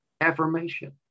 affirmation